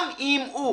גם אם הוא